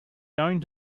going